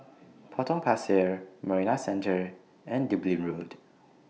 Potong Pasir Marina Centre and Dublin Road